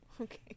Okay